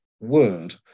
word